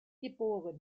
geb